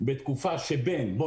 בתקופה שבין כך וכך.